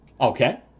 Okay